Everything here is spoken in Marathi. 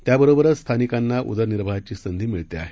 त्याबरोबरच स्थानिकांना उदरनिर्वाहाची संधी मिळत आहे